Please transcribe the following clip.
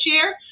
share